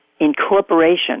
incorporation